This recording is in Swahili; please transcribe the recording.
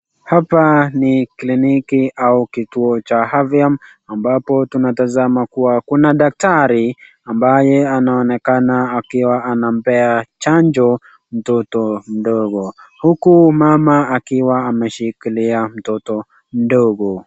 Hapa ni kliniki au kituo cha afya, ambapo tunatazama kuwa kuna daktari ambaye anaonekana akiwa anampea chanjo mtoto mdogo, huku mama akiwa ameshikilia mtoto mdogo.